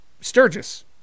Sturgis